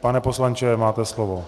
Pane poslanče, máte slovo.